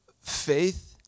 faith